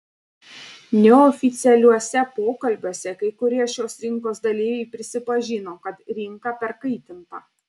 neoficialiuose pokalbiuose kai kurie šios rinkos dalyviai prisipažino kad rinka perkaitinta